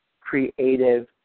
creative